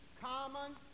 Common